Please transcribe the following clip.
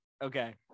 Okay